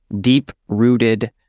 deep-rooted